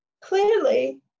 clearly